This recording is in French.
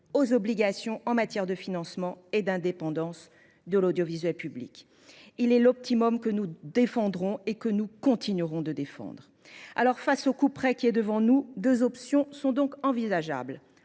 aux obligations en matière de financement et d’indépendance de l’audiovisuel public. Il est l’optimum que nous continuerons de défendre. Face au couperet qui est devant nous, deux options sont envisageables